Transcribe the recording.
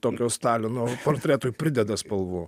tokio stalino portretui prideda spalvų